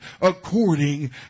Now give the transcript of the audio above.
according